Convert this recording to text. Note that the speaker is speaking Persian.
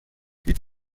هیچ